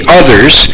others